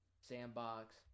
Sandbox